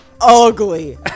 ugly